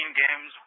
games